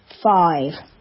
five